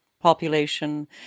population